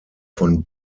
von